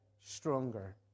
stronger